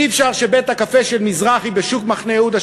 אי-אפשר שבית-הקפה של מזרחי בשוק מחנה-יהודה,